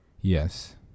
Yes